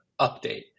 update